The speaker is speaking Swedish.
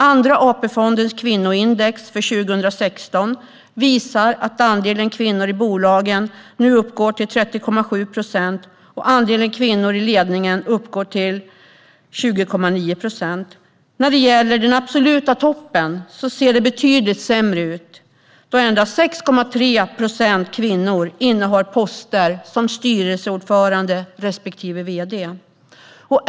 Andra AP-fondens kvinnoindex för 2016 visar att andelen kvinnor i bolagen nu uppgår till 30,7 procent och att andelen kvinnor i ledningen uppgår till 20,9 procent. När det gäller den absoluta toppen ser det betydligt sämre ut då endast 6,3 procent kvinnor innehar poster som styrelseordförande respektive vd.